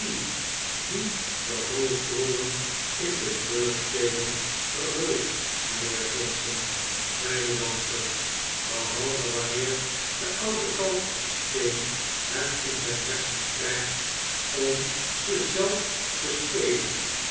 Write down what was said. die de hoofdrollen in de treurspelen vervult mijnheer johnson zei de danser behalve wanneer de oude kalk en steen het in zijn hersens krijgt om ze zelf te spelen